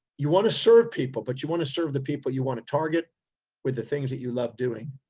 you want to serve people, but you want to serve the people you want to target with the things that you love doing.